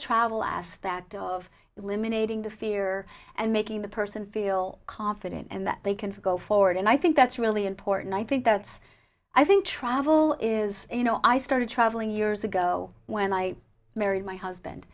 travel aspect of eliminating the fear and making the person feel confident and that they can go forward and i think that's really important i think that's i think travel is you know i started traveling years ago when i married my husband